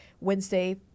Wednesday